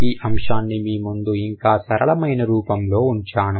ఈ అంశాన్ని మీ ముందు ఇంకా సరళమైన రూపంలో ఉంచాను